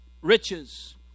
riches